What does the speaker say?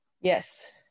Yes